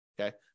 okay